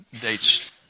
date's